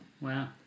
Wow